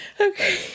Okay